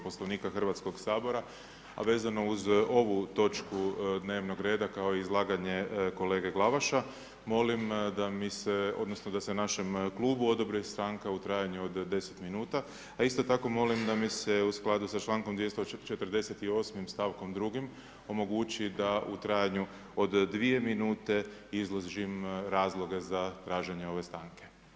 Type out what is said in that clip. Poslovnika Hrvatskog sabora, a vezano uz ovu točku dnevnog reda kao i izlaganje kolege Glavaša molim da mi se odnosno da se našem klubu odobri stanka u trajanju od 10 minuta, a isto tako molim da mi se u skladu sa člankom 248. stavkom 2. omogući da u trajanju o 2 minute izložim razloge za traženje ove stanke.